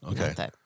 Okay